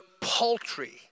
paltry